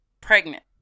Pregnant